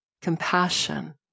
compassion